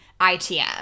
ITM